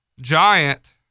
Giant